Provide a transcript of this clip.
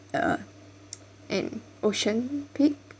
uh and ocean peak